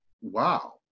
wow